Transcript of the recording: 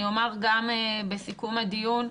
אני אומר גם בסיכום הדיון,